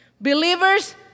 believers